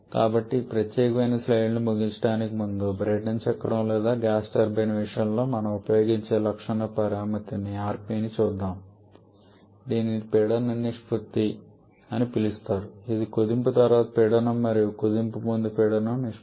కాబట్టి ఈ ప్రత్యేకమైన స్లైడ్ను ముగించడానికి ముందు బ్రైటన్ చక్రం లేదా గ్యాస్ టర్బైన్ విషయంలో మనం ఉపయోగించే లక్షణ పరామితిని rp ని చూద్దాం దీనిని పీడన నిష్పత్తి అని పిలుస్తారు ఇది కుదింపు తర్వాత పీడనం మరియు కుదింపుకు ముందు పీడనం మధ్య నిష్పత్తి